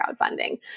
crowdfunding